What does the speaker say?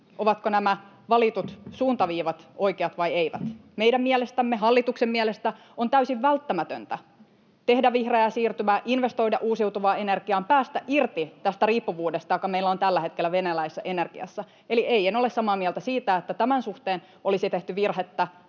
ovatko nämä valitut suuntaviivat oikeat vai eivät. Meidän mielestämme — hallituksen mielestä — on täysin välttämätöntä tehdä vihreää siirtymää, investoida uusiutuvaan energiaan, päästä irti tästä riippuvuudesta, joka meillä on tällä hetkellä venäläisestä energiasta. Eli ei, en ole samaa mieltä siitä, että tämän suhteen olisi tehty virhettä.